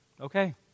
Okay